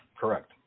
correct